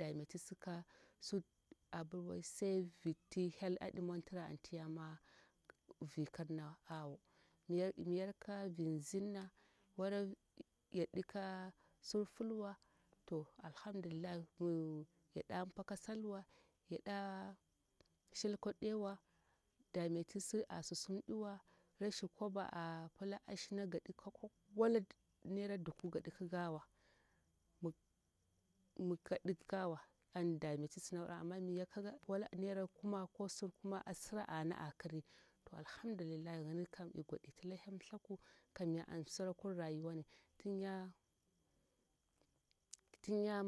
Yaɗa dametisi kasu abirwa sai fidti hel aɗi montira antiyamo fikirnawa awoo miyarka vin zinna wala yaɗika sur filwa to alhamdulillah min yaɗampa kasalwa yaɗa shilku ɗiwa dametisi a susum ɗiwa rashin kwaba aa pla ashina ga ikakwabawa wala naira duku ga'ikikawa min ga'ikikawa an dametisini ama miyaka wala naira kuma ko sirkuma asira ana arkiri to alhamdulillah yinikam igoɗitala helm thaku kamya ansirakur rayuwani tunya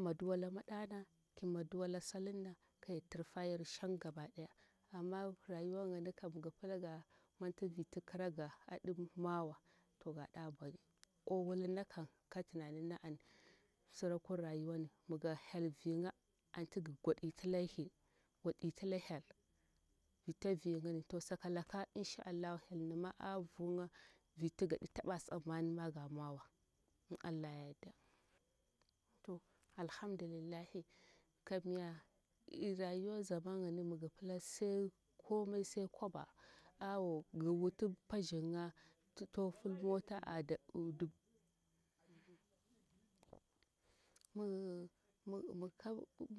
addu'a la maɗa na ki adu'a la salurna ka hel turfayar shan gaba ɗaya ama rayuwa yini kam migi pila ga monti viti kiraga aɗimowa to ga ɗa bwoni owulurnakam katunanir na an surakur rayuwani mi hel viyan atu gi goɗi talahel vita viyani to sakalaka inshaa allah hel nima a vuyan vinatu ga itaba tsammani gamowa in allah yayarda to alhamdulillah kamya rayuwa zaman yini migipila sai ko mai sai koba awo giwuta pashirya tito fil mota a da dub mi, mi